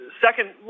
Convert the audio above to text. Second